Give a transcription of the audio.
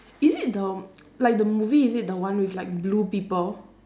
is it the like the movie is it the one with like blue people